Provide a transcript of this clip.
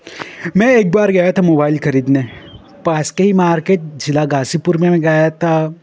मैं एक बार गया था मोबाइल खरीदने पास के ही मार्केट जिला गाजीपुर में गया था